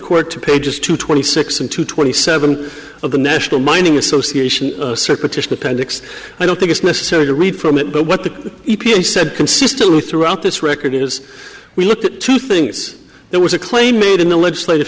court to pages two twenty six and two twenty seven of the national mining association separatist appendix i don't think it's necessary to read from it but what the e p a said consistently throughout this record is we look at two things there was a claim made in the legislative